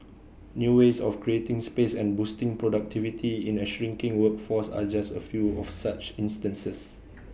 new ways of creating space and boosting productivity in A shrinking workforce are just A few of such instances